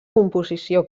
composició